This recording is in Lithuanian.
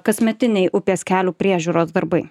kasmetiniai upės kelių priežiūros darbai